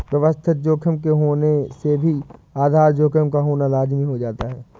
व्यवस्थित जोखिम के होने से भी आधार जोखिम का होना लाज़मी हो जाता है